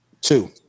Two